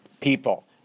people